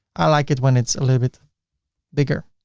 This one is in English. i like it when it's a little bit bigger.